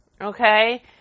okay